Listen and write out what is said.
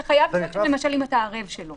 אתה חייב להיות שם למשל אם אתה ערב שלו.